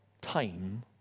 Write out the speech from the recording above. time